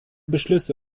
beschlüsse